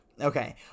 Okay